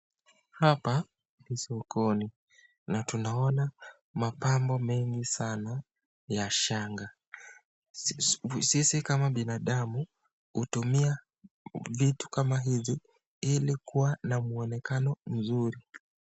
Hapa ni sokoni na tunaona mapambo mengi sana ya shanga. Sisi kama binadamu hutumia vitu kama hizi ili kuwa na muonekano mzuri.